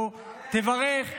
ושתבוא, תברך על